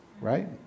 Right